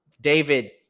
David